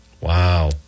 Wow